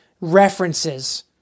references